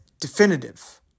definitive